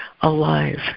alive